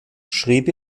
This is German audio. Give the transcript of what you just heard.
schrieb